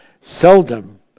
seldom